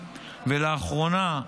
לאחרונה,